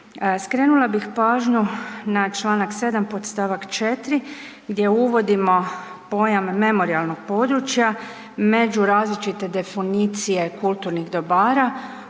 Skrenula bih pažnju na čl. 7. podst. 4. gdje uvodimo pojam „memorijalnog područja“ među različite definicije kulturnih dobara.